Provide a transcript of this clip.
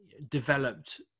developed